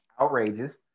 Outrageous